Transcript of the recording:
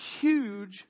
huge